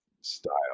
style